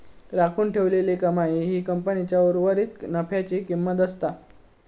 राखून ठेवलेली कमाई ही कंपनीच्या उर्वरीत नफ्याची किंमत असता